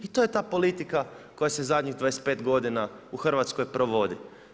I to je ta politika koja se zadnjih 25 g. u Hrvatskoj provodi.